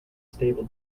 stable